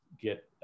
get